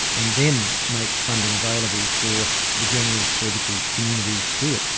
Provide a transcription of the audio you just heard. and then make funding available for the general surgical community to do it.